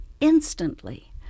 instantly